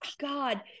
God